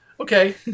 Okay